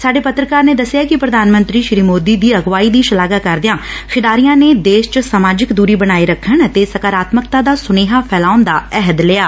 ਸਾਡੇ ਪੱਤਰਕਾਰ ਨੇ ਦਸਿਆ ਕਿ ਪੁਧਾਨ ਮੰਤਰੀ ਸ੍ਰੀ ਮੋਦੀ ਦੀ ਅਗਵਾਈ ਦੀ ਸ਼ਲਾਘਾ ਕਰਦਿਆਂ ਖਿਡਾਰੀਆਂ ਨੇ ਦੇਸ਼ ਚ ਸਮਾਜਿਕ ਦੁਰੀ ਬਣਾਏ ਰੱਖਣ ਅਤੇ ਸਕਾਰਾਤਮਕਤਾ ਦਾ ਸੁਨੇਹਾ ਫੈਲਾਉਣ ਦਾ ਅਹਿਦ ਲਿਆ